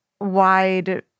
wide